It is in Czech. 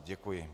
Děkuji.